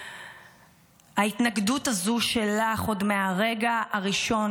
ההתנגדות הזו שלך עוד מהרגע הראשון,